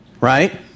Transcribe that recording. right